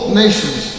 nations